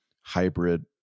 hybrid